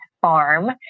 farm